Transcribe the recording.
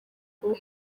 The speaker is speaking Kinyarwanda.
ngo